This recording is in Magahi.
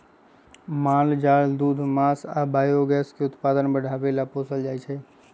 माल जाल दूध मास आ बायोगैस के उत्पादन बढ़ाबे लेल पोसल जाइ छै